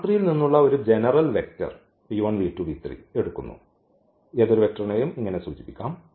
ൽ നിന്നുള്ള ഒരു ജെനെറൽ വെക്റ്റർ എടുക്കുന്നു ഏതൊരു വെക്ടറിനെയും ഇങ്ങനെ സൂചിപ്പിക്കാം